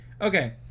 Okay